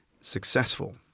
successful